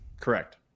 Correct